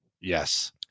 yes